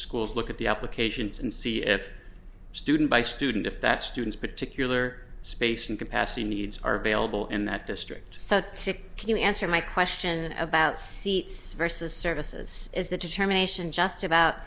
schools look at the applications and see if a student by student if that student's particular space and capacity needs are available in that district such sic can you answer my question about seats versus services is the determination just about